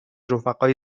رفقای